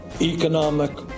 economic